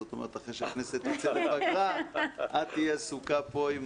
זאת אומרת אחרי שהכנסת יוצאת לפגרה את תהיי עסוקה פה עם